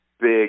big